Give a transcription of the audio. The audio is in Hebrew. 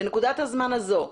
בנקודת הזמן הזו,